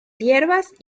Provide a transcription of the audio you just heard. hierbas